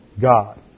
God